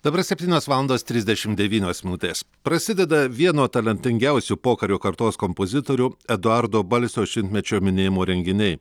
dabar septynios valandos trisdešim devynios minutės prasideda vieno talentingiausių pokario kartos kompozitorių eduardo balsio šimtmečio minėjimo renginiai